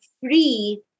free